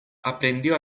aprendió